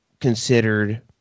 considered